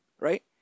right